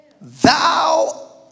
thou